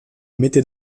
mitte